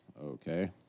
Okay